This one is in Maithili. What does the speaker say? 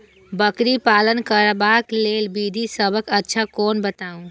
बकरी पालन करबाक लेल विधि सबसँ अच्छा कोन बताउ?